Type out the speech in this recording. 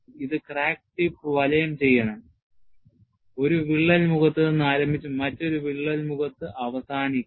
ഇത് crack tip വലയം ചെയ്യണം ഒരു വിള്ളൽ മുഖത്ത് നിന്ന് ആരംഭിച്ച് മറ്റൊരു വിള്ളൽ മുഖത്ത് അവസാനിക്കണം